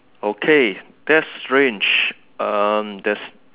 okay that's strange um there's